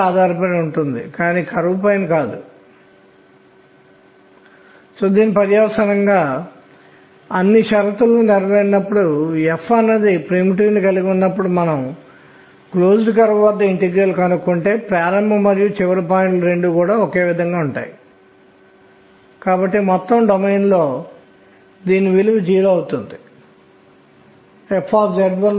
1 అంటే 2 ఎలక్ట్రాన్లు lithium 1s2 2s1 నిర్మాణాన్ని కలిగి ఉంది అనగా అక్కడ n 1 n 2 నిండి ఉన్నాయి మరియు స్వభావం s ఉంది వర్ణపటం విశ్లేషించబడిన నిర్దిష్ట మార్గంలో ఇక్కడ s కి నిర్దిష్ట స్పెక్ట్రోస్కోపిక్ కి పేరు పెట్టారు